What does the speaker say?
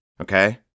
okay